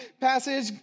passage